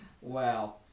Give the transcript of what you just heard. Wow